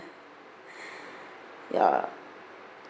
ya